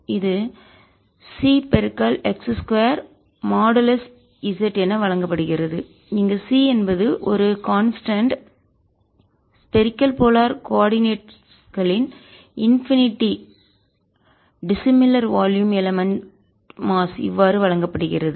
இது C x 2 modulus z என வழங்கப்படுகிறது இங்கு C என்பது ஒரு கான்ஸ்டன்ட் நிலையானதுஸ்பரிக்கல் போலார் கோள துருவ கோஆர்டினேட்களில் இன்பினிட்டிஎல்லையற்ற டிசிமிழர் வேறுபட்ட வால்யும் எலமன்ட் மாஸ் நிறை இவ்வாறு வழங்கப்படுகிறது